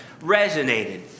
resonated